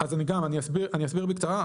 אני אסביר בקצרה.